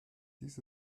dies